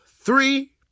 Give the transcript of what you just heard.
three